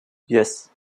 yes